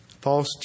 False